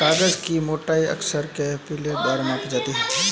कागज की मोटाई अक्सर कैलीपर द्वारा मापी जाती है